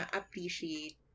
appreciate